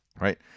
right